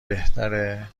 بهتره